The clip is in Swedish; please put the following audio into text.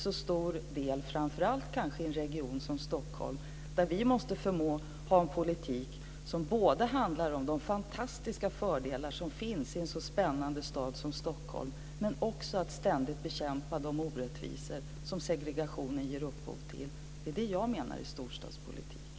Det gäller framför allt kanske i en region som Stockholm, där vi måste förmå att ha en politik som både handlar om de fantastiska fördelar som finns i en så spännande stad och om att ständigt bekämpa de orättvisor som segregationen ger upphov till. Det är det, menar jag, som är storstadspolitik.